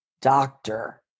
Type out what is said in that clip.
doctor